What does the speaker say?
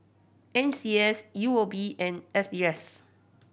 N C S U O B and S B S